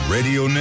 Radio